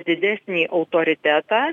didesnį autoritetą